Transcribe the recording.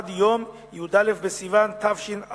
עד יום י"א בסיוון תשע"א,